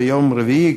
ביום רביעי,